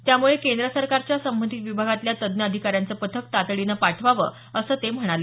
त्यामुळे केंद्र सरकारच्या संबंधित विभागातल्या तज्ञ अधिकाऱ्यांचे पथक तातडीनं पाठवावं असं ते म्हणाले